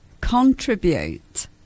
contribute